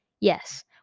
Yes